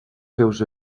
seus